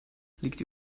liegt